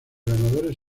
ganadores